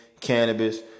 cannabis